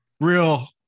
Real –